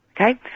Okay